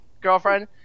girlfriend